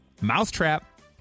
Mousetrap